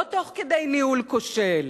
לא תוך כדי ניהול כושל,